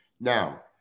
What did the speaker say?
Now